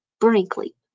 Brinkley